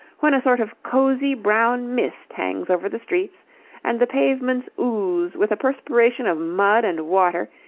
when a sort of cosy brown mist hangs over the streets and the pavements ooze with a perspiration of mud and water,